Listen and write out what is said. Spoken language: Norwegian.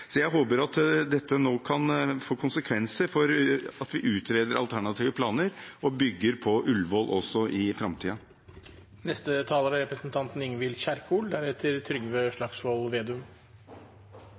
Jeg håper at dette nå kan få konsekvenser, slik at vi utreder alternative planer og bygger på Ullevål også i